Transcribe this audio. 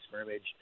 scrimmage